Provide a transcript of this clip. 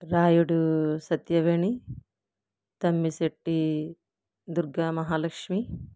Rayudu Satyaveni Tammisetti Durga Mahalakshmi